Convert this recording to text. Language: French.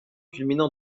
culminant